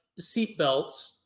seatbelts